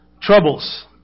Troubles